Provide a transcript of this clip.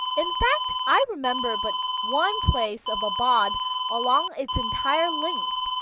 in fact, i remember but one place of abode along its entire length,